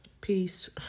Peace